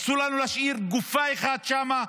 אסור לנו להשאיר גופה אחת שם,